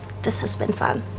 this has been fun.